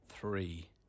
Three